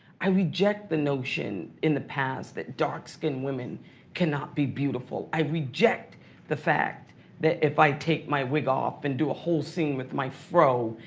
i reject the notion, in the past, that dark skin women cannot be beautiful. i reject the fact that if i take my wig off and do a whole scene with my fro,